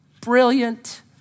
Brilliant